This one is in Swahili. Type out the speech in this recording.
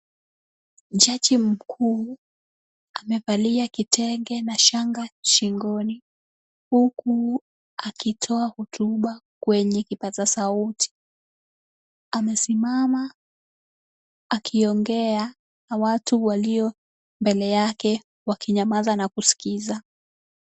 Jaji mkuu amevaliza kitenge na shanga shingoni huku akitoa hotuba kwenye kipaza sauti, amesimama akiongea na watu walio mbele yake wakinyamaza na kusikiza.